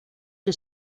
que